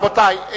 רבותי,